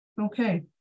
Okay